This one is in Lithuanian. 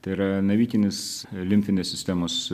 tai yra nevykinis limfinės sistemos